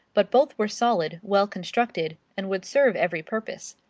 but both were solid, well constructed, and would serve every purpose.